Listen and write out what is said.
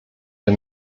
der